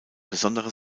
besondere